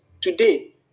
today